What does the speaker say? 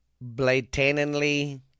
blatantly